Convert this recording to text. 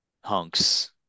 hunks